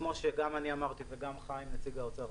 כמו שגם אני אמרתי וגם חיים אמר,